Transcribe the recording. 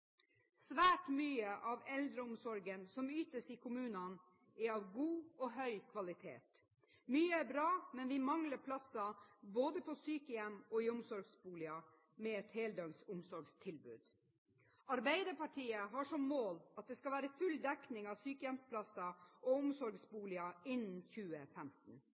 Svært mye av eldreomsorgen som ytes i kommunene, er av god og høy kvalitet. Mye er bra, men vi mangler plasser, både på sykehjem og i omsorgsboliger, med et heldøgns omsorgstilbud. Arbeiderpartiet har som mål at det skal være full dekning av sykehjemsplasser og omsorgsboliger innen 2015.